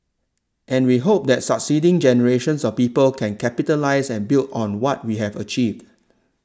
and we hope that succeeding generations of people can capitalise and build on what we have achieved